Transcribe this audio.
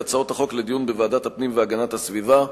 את הצעות החוק לדיון בוועדת הפנים והגנת הסביבה.